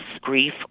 grief